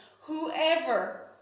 whoever